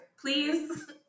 please